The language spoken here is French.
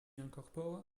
incorpore